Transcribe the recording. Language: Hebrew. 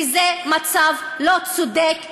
וזה מצב לא צודק,